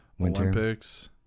Olympics